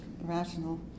rational